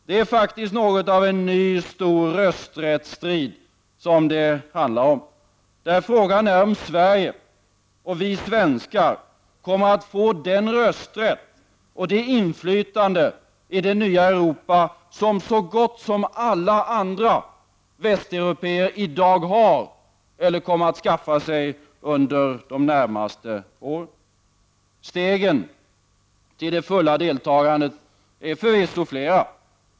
Det handlar om något av en ny stor rösträttsstrid, där frågan är om Sverige och vi svenskar kommer att få den rösträtt och det inflytande i det nya Europa som så gott som alla andra västeuropéer i dag har eller kommer att skaffa sig under de närmaste åren. Stegen till det fulla deltagandet är förvisso flera.